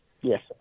Yes